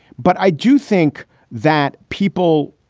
but i do think that people,